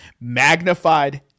magnified